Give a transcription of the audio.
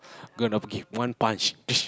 gonna give one punch